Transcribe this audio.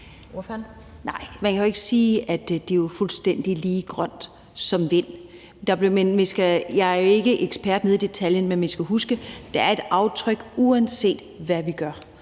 man kan jo ikke sige, at de er fuldstændig lige så grønne som vindenergi. Jeg er jo ikke ekspert i detaljen, men man skal huske, at der er et aftryk, uanset hvad vi gør.